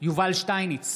יובל שטייניץ,